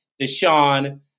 Deshaun